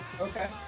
okay